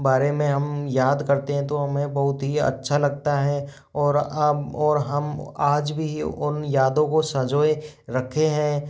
बारे में हम याद करते हैं तो हमें बहुत ही अच्छा लगता है और आप और हम आज भी उन यादों को सँजोए रखे हैं